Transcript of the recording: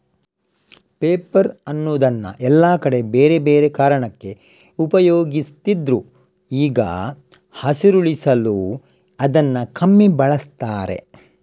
paper ಅನ್ನುದನ್ನ ಎಲ್ಲಾ ಕಡೆ ಬೇರೆ ಬೇರೆ ಕಾರಣಕ್ಕೆ ಉಪಯೋಗಿಸ್ತಿದ್ರು ಈಗ ಹಸಿರುಳಿಸಲು ಇದನ್ನ ಕಮ್ಮಿ ಬಳಸ್ತಾರೆ